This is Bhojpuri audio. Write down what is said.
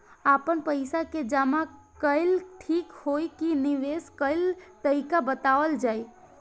आपन पइसा के जमा कइल ठीक होई की निवेस कइल तइका बतावल जाई?